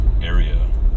area